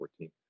2014